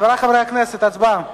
חברי חברי הכנסת, הצבעה.